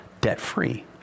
debt-free